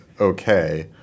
Okay